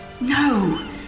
No